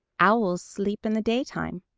owls sleep in the daytime.